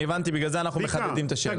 בגלל זה אנחנו מחדדים את השאלה.